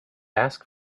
ask